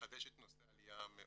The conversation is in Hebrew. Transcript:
לחדש את נושא העלייה מהודו,